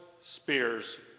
spears